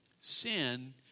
sin